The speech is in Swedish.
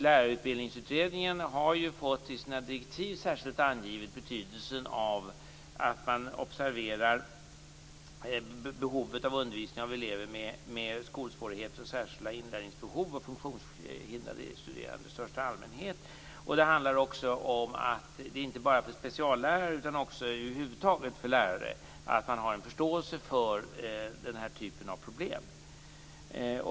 Lärarutbildningsutredningen har fått i sina direktiv särskilt angivet betydelsen av att man observerar behovet av undervisning av elever med skolsvårigheter och särskilda inlärningsbehov och funktionshindrade studerande i största allmänhet. Det handlar också om att det finns en förståelse för denna typ av problem inte bara bland speciallärare utan bland lärare över huvud taget.